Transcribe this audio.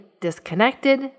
disconnected